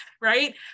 right